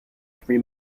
three